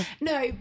no